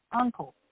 uncle